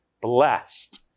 blessed